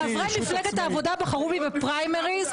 חברי מפלגת העבודה בחרו בי בפריימריז.